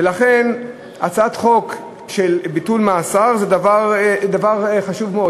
ולכן הצעת החוק לביטול מאסר היא דבר חשוב מאוד.